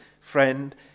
friend